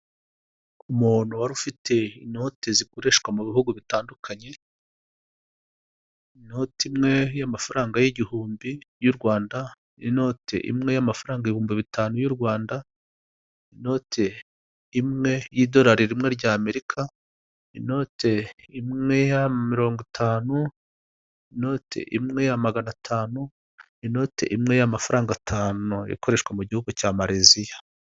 Umuntu wari ufite inote zikoreshwa mu bihugu bitandukanye, inoti imwe y'amafaranga y'igihumbi y'u Rwanda, inote imwe y'amafaranga ibihumbi bitanu y'u Rwanda, inote imwe y'idorari rimwe ry'amerika, inote imwe ya mirongo itanu, inoti imwe ya magana atanu, inote imwe y'amafaranga atanu ikoreshwa mu gihugu cya Malezia.